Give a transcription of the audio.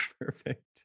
Perfect